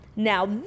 Now